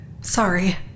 Sorry